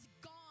gone